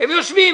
הם יושבים.